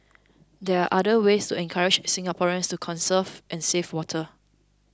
there are other ways to encourage Singaporeans to conserve and save water